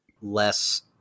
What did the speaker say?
less